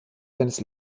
seines